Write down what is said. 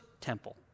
temple